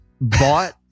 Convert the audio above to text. bought